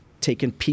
taken